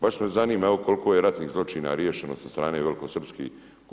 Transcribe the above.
Baš me zanima, koliko je ratnih zločina riješeno sa strane velikosrpskih?